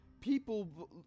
people